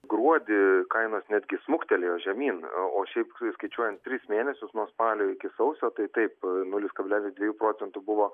gruodį kainos netgi smuktelėjo žemyn o šiaip skaičiuojant tris mėnesius nuo spalio iki sausio tai taip nulis kablelis dviejų procentų buvo